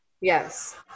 Yes